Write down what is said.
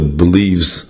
believes